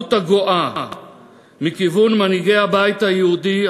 ההתלהמות הגואה מכיוון מנהיגי הבית היהודי,